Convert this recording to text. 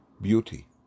Beauty